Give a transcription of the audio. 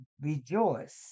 rejoice